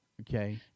Okay